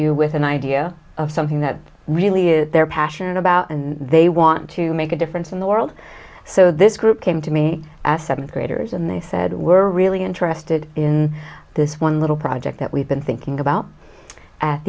you with an idea of something that really is they're passionate about and they want to make a difference in the world so this group came to me as seventh graders and they said we're really interested in this one little project that we've been thinking about at